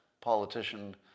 politician